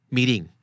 Meeting